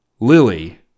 Lily